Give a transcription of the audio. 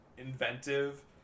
Inventive